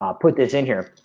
ah put this in here.